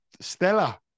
Stella